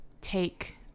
take